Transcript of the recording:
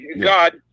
God